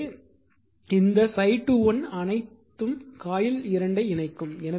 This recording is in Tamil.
எனவே ஆனால் இந்த ∅21 அனைத்தும் காயில்2 ஐ இணைக்கும்